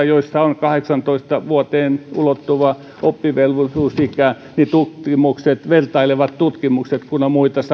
joissa on kahdeksantoista vuotiaisiin ulottuva oppivelvollisuusikä niin siellä tehdyt tutkimukset vertailevat tutkimukset kun on muitakin